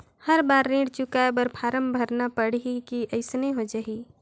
हर बार ऋण चुकाय बर फारम भरना पड़ही की अइसने हो जहीं?